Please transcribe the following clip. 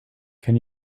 can